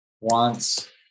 wants